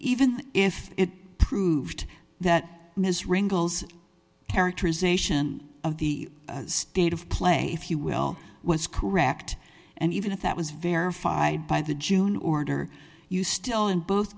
even if it proved that ms wrangles characterization of the state of play if you will was correct and even if that was verified by the june order you still in both